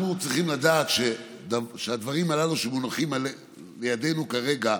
אנחנו צריכים לדעת שהדברים הללו שמונחים לידינו כרגע,